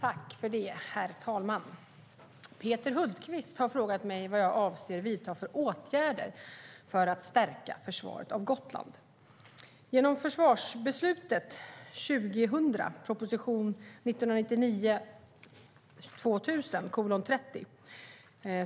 Herr talman! Peter Hultqvist har frågat mig vad jag avser att vidta för åtgärder för att stärka försvaret av Gotland. Genom försvarsbeslutet 2000 (prop. 1999/2000:30, bet.